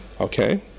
Okay